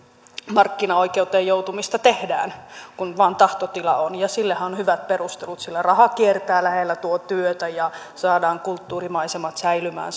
markkinaoikeuteen joutumista tehdään kun vain tahtotila on ja sillehän on hyvät perustelut sillä raha kiertää lähellä tuo työtä ja saadaan kulttuurimaisemat säilymään